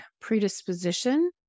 predisposition